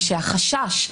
ושהחשש,